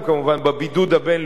בבידוד הבין-לאומי,